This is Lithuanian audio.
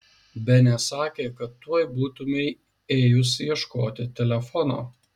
benė sakė kad tuoj būtumei ėjus ieškoti telefono